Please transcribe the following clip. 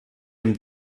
dem